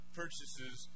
purchases